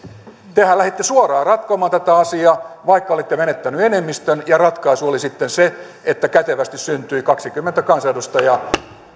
tehän lähditte suoraan ratkomaan tätä asiaa vaikka olitte menettäneet enemmistön ja ratkaisu oli sitten se että kätevästi syntyi kaksikymmentä kansanedustajaa